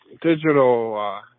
digital